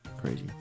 crazy